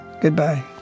Goodbye